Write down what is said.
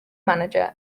manager